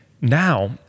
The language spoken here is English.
now